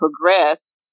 progress